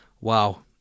Wow